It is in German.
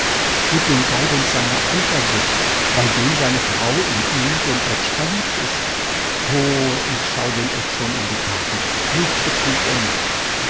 mit dem gaudenz seiner eifersucht weil dem seine frau in ihn den oetsch verliebt ist oh ich schau dem oetsch schon in die karten mich betrügt er nicht